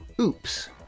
Oops